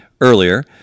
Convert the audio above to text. earlier